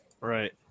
right